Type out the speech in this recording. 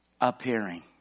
appearing